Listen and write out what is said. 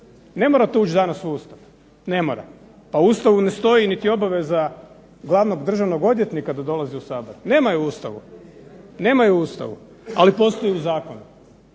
ne mora to ući danas u Ustav, ne mora. A u Ustavu ne stoji niti obaveza glavnog državnog odvjetnika da dolazi u Sabor, nema je u Ustavu ali postoji u zakonu. A postoji u zakonu